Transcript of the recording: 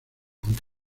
aunque